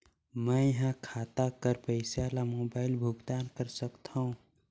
मैं ह खाता कर पईसा ला मोबाइल भुगतान कर सकथव?